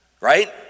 right